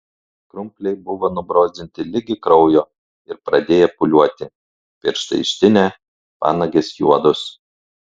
krumpliai buvo nubrozdinti ligi kraujo ir pradėję pūliuoti pirštai ištinę panagės juodos